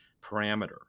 parameter